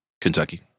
Kentucky